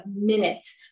minutes